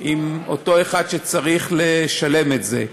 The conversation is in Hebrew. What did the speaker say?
עם אותו אחד שצריך לשלם את זה.